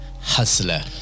Hustler